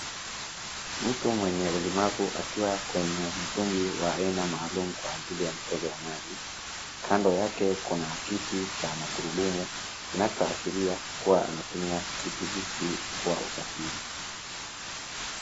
Mtu mwenye ulemavu akiwa kwenye mtumbwi wa aina maalum, kwa ajili ya michezo ya maji. Kando yake kuna kiti cha magurudumu kinachoashiria kuwa anatumia kiti hiki kwa usafiri.